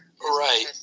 Right